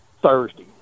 Thursday